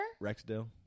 Rexdale